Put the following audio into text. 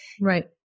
Right